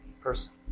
person